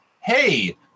Hey